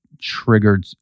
triggered